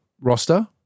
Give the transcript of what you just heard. roster